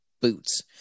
boots